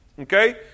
Okay